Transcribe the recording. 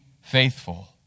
faithful